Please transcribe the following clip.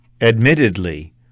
admittedly